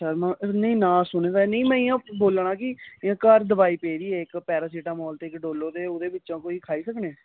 अच्छा नेई नां सुने दा ऐ में इयां बोल्ला ना कि इयां घार दवाई पेदी ऐ इक पैरासिटामोल इक डोलो ते ओहदे बिचा कोई खाई सकने